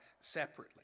separately